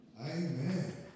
Amen